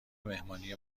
مهمانی